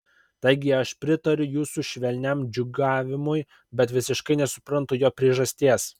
taigi aš pritariu jūsų švelniam džiūgavimui bet visiškai nesuprantu jo priežasties